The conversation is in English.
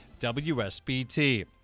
WSBT